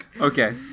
Okay